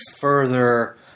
further